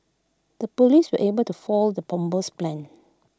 the Police were able to foil the bomber's plans